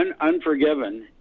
Unforgiven